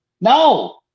no